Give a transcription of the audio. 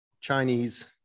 Chinese